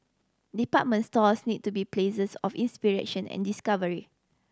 department stores need to be places of inspiration and discovery